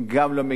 גם לא מגיע,